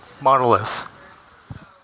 monolith